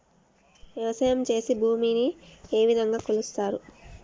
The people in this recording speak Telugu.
వ్యవసాయం చేసి భూమిని ఏ విధంగా కొలుస్తారు?